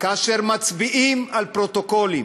כאשר מצביעים על פרוטוקולים,